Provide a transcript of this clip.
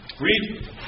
Read